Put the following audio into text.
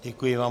Děkuji vám.